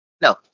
No